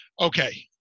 Okay